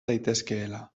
daitezkeela